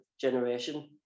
generation